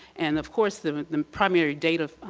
and of course the primary data